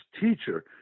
teacher